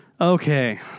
Okay